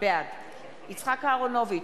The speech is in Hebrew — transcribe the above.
בעד יצחק אהרונוביץ,